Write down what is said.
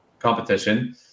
competition